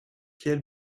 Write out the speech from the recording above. quel